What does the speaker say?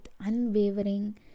unwavering